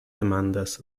demandas